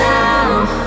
now